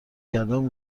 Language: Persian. کردن